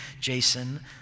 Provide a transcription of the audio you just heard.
Jason